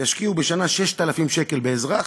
ישקיעו בשנה 6,000 שקל באזרח,